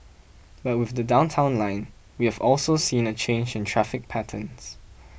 but with the Downtown Line we have also seen a change in traffic patterns